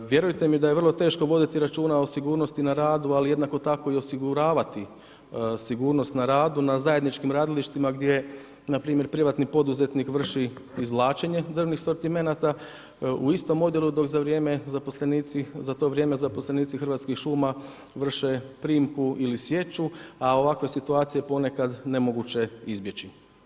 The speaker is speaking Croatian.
Vjerujte mi da je vrlo teško voditi računa o sigurnosti na radu, ali jednako tako i osiguravati sigurnost na radu na zajedničkim radilištima gdje npr. privatni poduzetnik vrši izvlačenje drvnih sortimenata u istom odjelu dok za to vrijeme zaposlenici Hrvatskih šuma vrše primku ili sječu, a ovakve situacije ponekad nemoguće je izbjeći.